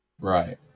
Right